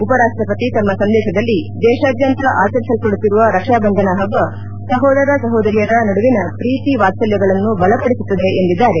ಉಪರಾಷ್ಟಪತಿ ತಮ್ಮ ಸಂದೇಶದಲ್ಲಿ ದೇಶಾದ್ಯಂತ ಆಚರಿಸಲ್ಪಡುತ್ತಿರುವ ರಕ್ಷಾಬಂಧನ ಹಬ್ಬ ಸಹೋದರ ಸಹೋದರಿಯರ ನಡುವಿನ ಪ್ರೀತಿ ವಾತ್ಸಲ್ನಗಳನ್ನು ಬಲಪದಿಸುತ್ತದೆ ಎಂದಿದ್ದಾರೆ